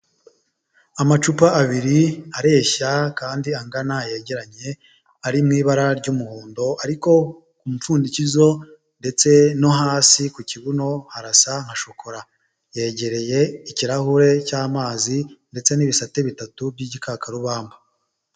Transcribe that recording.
Amacupa abiri areshya kandi angana yegeranye, ari mu ibara ry'umuhondo ariko ku mupfundikizo ndetse no hasi ku kibuno harasa nka shokora. Yegereye ikirahure cy'amazi ndetse n'ibisate bitatu by'igikakarubamba.